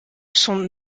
son